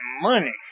money